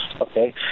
Okay